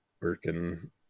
Working